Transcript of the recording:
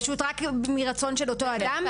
פשוט רק אם היה רצון של אותו אדם?